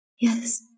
Yes